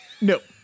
Nope